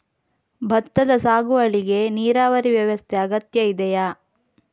ಭತ್ತದ ಸಾಗುವಳಿಗೆ ನೀರಾವರಿ ವ್ಯವಸ್ಥೆ ಅಗತ್ಯ ಇದೆಯಾ?